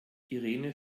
irene